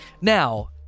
now